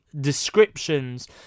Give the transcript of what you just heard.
descriptions